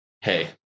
Hey